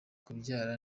kubyara